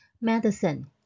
Medicine